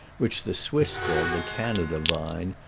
which the swiss call the canada vine,